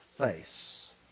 face